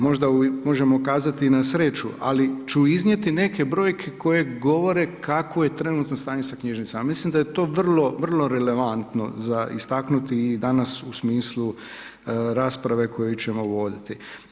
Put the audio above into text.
Možda možemo kazati i na sreću, ali ću iznijeti neke brojke koje govore kakvo je trenutno stanje sa knjižnicama, mislim da je to vrlo, vrlo relevantno za istaknuti i danas u smislu rasprave koju ćemo voditi.